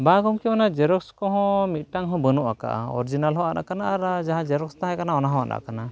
ᱵᱟᱝ ᱜᱚᱢᱠᱮ ᱚᱱᱟ ᱡᱮᱨᱚᱠᱥ ᱠᱚᱦᱚᱸ ᱢᱤᱫᱴᱟᱝ ᱦᱚᱸ ᱵᱟᱹᱱᱩᱜ ᱠᱟᱜᱼᱟ ᱚᱨᱤᱡᱤᱱᱟᱞ ᱦᱚᱸ ᱟᱫ ᱟᱠᱟᱱᱟ ᱡᱟᱦᱟᱸ ᱡᱮᱨᱚᱠᱥ ᱛᱟᱦᱮᱸᱠᱟᱱᱟ ᱚᱱᱟᱦᱚᱸ ᱟᱫ ᱟᱠᱟᱱᱟ